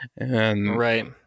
Right